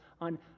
on